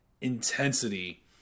intensity